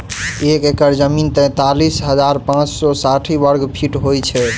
एक एकड़ जमीन तैँतालिस हजार पाँच सौ साठि वर्गफीट होइ छै